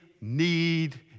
need